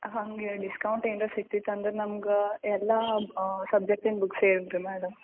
ಹಾಗೆ ಡಿಸ್ಕೌಂಟ್ ಏನಾರ ಸಿಗ್ತಿತ್ತು ಅಂದ್ರೆ ನಮ್ಗೆ ಎಲ್ಲ ಸಬ್ಜೆಕ್ಟಿಂದು ಬುಕ್ಸ್ ಹೇಳಿರಿ ಮ್ಯಾಡಮ್